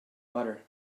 butter